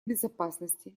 безопасности